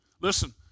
listen